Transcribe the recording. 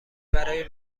برای